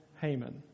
Haman